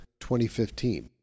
2015